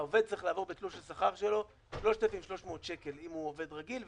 העובד צריך לעבור בתלוש השכר שלו 3,300 אם הוא עובד רגיל,